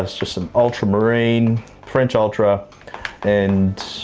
ah just some ultramarine, french ultra and